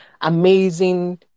amazing